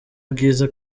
bwiza